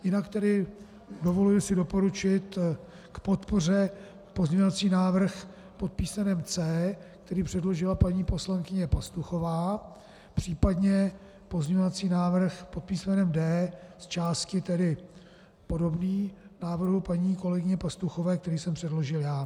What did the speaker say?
Jinak si dovoluji doporučit k podpoře pozměňovací návrh pod písmenem C, který předložila paní poslankyně Pastuchová, případně pozměňovací návrh pod písmenem D, zčásti tedy podobný návrhu paní kolegyně Pastuchové, který jsem předložil já.